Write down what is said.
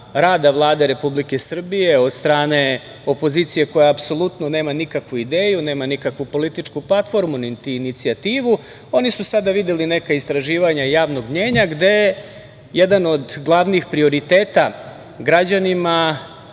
rada Vlade Republike Srbije od strane opozicije, koja apsolutno nema nikakvu ideju, nema nikakvu političku platformu, niti inicijativu, oni su sada videli neka istraživanja javnog mnjenja gde jedan od glavnih prioriteta građani